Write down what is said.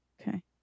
Okay